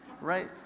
right